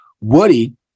Woody